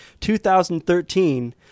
2013